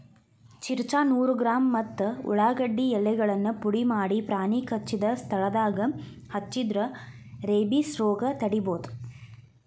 ಚಿರ್ಚ್ರಾ ನೂರು ಗ್ರಾಂ ಮತ್ತ ಉಳಾಗಡ್ಡಿ ಎಲೆಗಳನ್ನ ಪುಡಿಮಾಡಿ ಪ್ರಾಣಿ ಕಚ್ಚಿದ ಸ್ಥಳದಾಗ ಹಚ್ಚಿದ್ರ ರೇಬಿಸ್ ರೋಗ ತಡಿಬೋದು